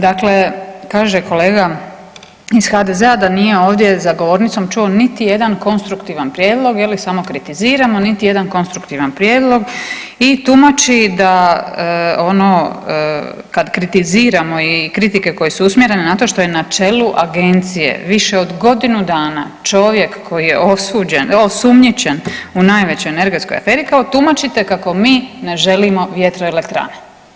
Dakle, kaže kolega iz HDZ-a da nije ovdje za govornicom čuo niti jedan konstruktivan prijedlog je li, samo kritiziramo, niti jedan konstruktivan prijedlog i tumači da ono kad kritiziramo i kritike koje su usmjerene na to što je na čelu agencije više od godinu dana koji je osumnjičen u najvećoj energetskoj aferi, kao tumačite kako mi ne želimo vjetroelektrane.